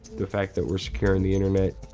the fact that we're securing the internet,